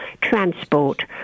transport